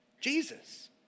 Jesus